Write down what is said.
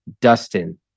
Dustin